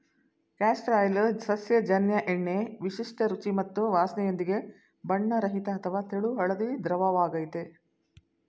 castor oil ಸಸ್ಯಜನ್ಯ ಎಣ್ಣೆ ವಿಶಿಷ್ಟ ರುಚಿ ಮತ್ತು ವಾಸ್ನೆಯೊಂದಿಗೆ ಬಣ್ಣರಹಿತ ಅಥವಾ ತೆಳು ಹಳದಿ ದ್ರವವಾಗಯ್ತೆ